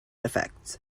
effects